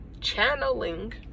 channeling